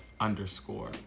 underscore